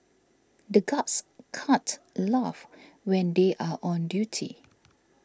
the guards can't laugh when they are on duty